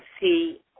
see